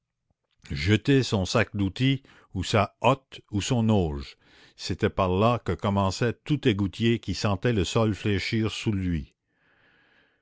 jeter son sac d'outils ou sa hotte ou son auge c'était par là que commençait tout égoutier qui sentait le sol fléchir sous lui